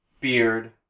beard